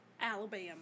Alabama